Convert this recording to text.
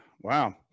Wow